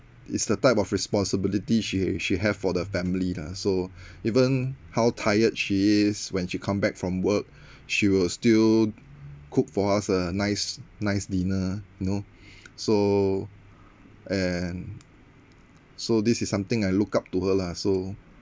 it's the type of responsibility she she have for the family lah so even how tired she is when she come back from work she will still cook for us a nice nice dinner you know so and so this is something I look up to her lah so